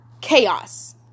chaos